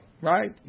right